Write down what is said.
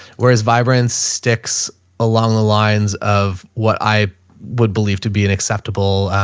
whereas vibrance sticks along the lines of what i would believe to be an acceptable,